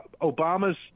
Obama's